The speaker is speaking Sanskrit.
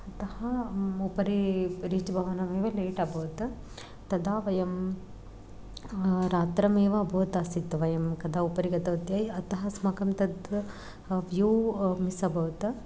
अतः उपरि रीच् भवनमेव लेट् अभवत् तदा वयं रात्रिरेव अभवत् आसीत् वयं कदा उपरि गतवत्यः अतः अस्माकं तत्र व्यू मिस् अभवत्